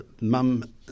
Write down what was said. mum